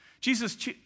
Jesus